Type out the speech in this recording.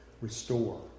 restore